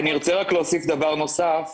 אני רוצה רק להוסיף דבר נוסף.